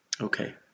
Okay